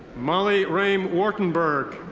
molly raim whartenberg.